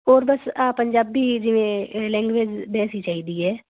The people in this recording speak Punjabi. ਹੋਰ ਬਸ ਆਹ ਪੰਜਾਬੀ ਜਿਵੇਂ ਲੈਂਗੁਏਜ ਵੈਸੀ ਚਾਹੀਦੀ ਹੈ